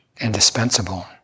indispensable